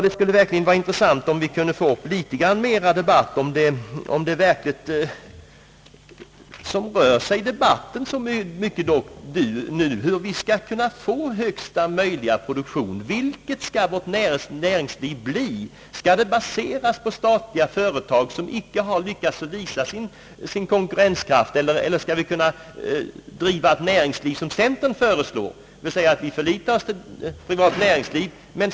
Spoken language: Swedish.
Det vore verkligen intressant om vi kunde få mera debatt i aktuella frågor. Hur skall vi kunna nå högsta möjliga produktion? Hur skall vårt näringsliv se ut? Skall det baseras på statliga företag, som inte har lyckats visa sin konkurrenskraft, eller skall vi driva ett sådant näringsliv som centern föreslår, dvs. att vi förlitar oss på ett privat näringsliv?